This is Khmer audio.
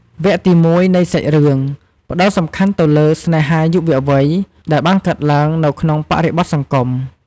វគ្គទី១នៃសាច់រឿង ផ្តោតសំខាន់ទៅលើ ស្នេហាយុវវ័យ ដែលបានកើតឡើងនៅក្នុងបរិបទសង្គម។